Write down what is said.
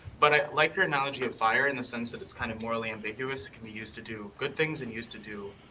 but i like your analogy of fire in the sense that it's kind of morally ambiguous. it can be used to do good things and used to do